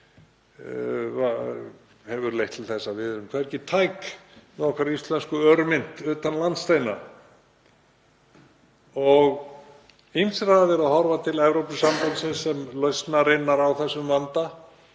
hefur leitt til þess að við erum hvergi tæk með okkar íslensku örmynt utan landsteina. Ýmsir hafa verið að horfa til Evrópusambandsins sem lausnarinnar á þeim vanda